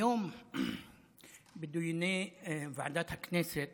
היום בדיוני ועדת הכנסת